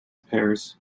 pairs